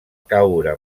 caure